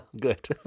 Good